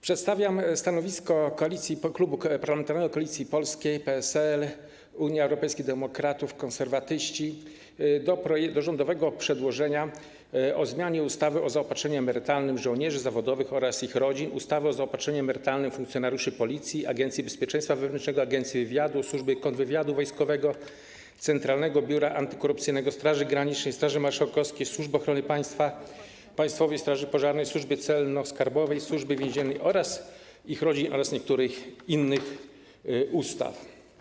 Przedstawiam stanowisko Klubu Parlamentarnego Koalicji Polskiej - PSL, Unia Europejskich Demokratów, Konserwatyści w sprawie rządowego przedłożenia o zmianie ustawy o zaopatrzeniu emerytalnym żołnierzy zawodowych oraz ich rodzin, ustawy o zaopatrzeniu emerytalnym funkcjonariuszy Policji, Agencji Bezpieczeństwa Wewnętrznego, Agencji Wywiadu, Służby Kontrwywiadu Wojskowego, Służby Wywiadu Wojskowego, Centralnego Biura Antykorupcyjnego, Straży Granicznej, Straży Marszałkowskiej, Służby Ochrony Państwa, Państwowej Straży Pożarnej, Służby Celno-Skarbowej, Służby Więziennej oraz ich rodzin oraz niektórych innych ustaw.